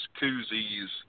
koozies